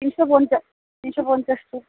তিনশো পঞ্চাশ তিনশো পঞ্চাশ তো